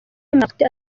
martin